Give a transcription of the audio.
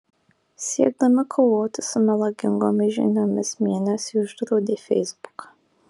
siekdami kovoti su melagingomis žiniomis mėnesiui uždraudė feisbuką